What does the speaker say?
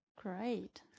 Great